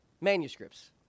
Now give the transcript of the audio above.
manuscripts